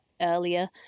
earlier